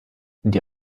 die